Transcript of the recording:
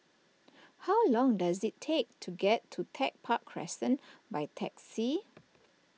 how long does it take to get to Tech Park Crescent by taxi